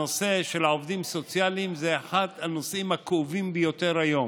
הנושא של העובדים הסוציאליים זה אחד הנושאים הכאובים ביותר היום,